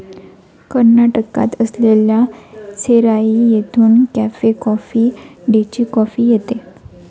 कर्नाटकात असलेल्या सेराई येथून कॅफे कॉफी डेची कॉफी येते